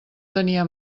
tenia